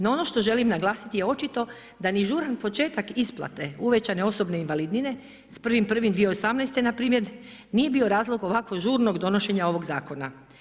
No ono što želim naglasiti je očito da ni žuran početak isplate uvećane osobne invalidnine s 1.1.2018. npr. nije bio razlog ovako žurnog donošenja ovog zakona.